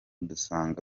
dusanga